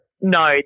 No